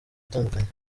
ibitandukanye